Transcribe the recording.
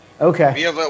Okay